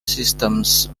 systems